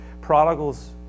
Prodigal's